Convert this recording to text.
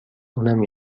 اونم